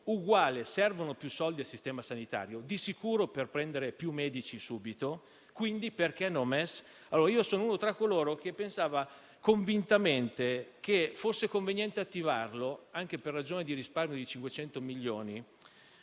quindi servono più soldi al sistema sanitario - di sicuro per prendere più medici subito - dunque perché no al MES? Io sono tra coloro che pensavano convintamente che fosse conveniente attivare il MES, anche per ragioni di risparmio di 500 milioni